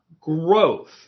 growth